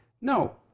no